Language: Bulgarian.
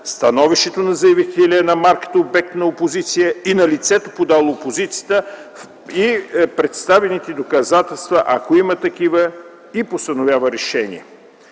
становището на заявителя на марката – обект на опозиция, и на лицето, подало опозицията, и представените доказателства, ако има такива, и постановява решение.